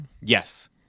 Yes